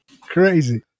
Crazy